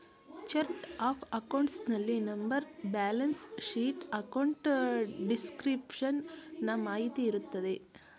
chart of accounts ನಲ್ಲಿ number, balance sheet, account description ನ ಮಾಹಿತಿ ಇರುತ್ತದೆ